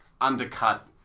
undercut